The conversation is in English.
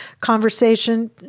conversation